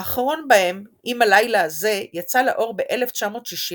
האחרון בהם, "עם הלילה הזה", יצא לאור ב-1964.